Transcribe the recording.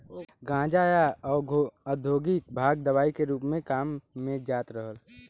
गांजा, या औद्योगिक भांग दवाई के रूप में काम में जात रहल